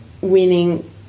winning